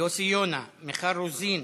יוסי יונה, מיכל רוזין,